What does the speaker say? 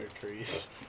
trees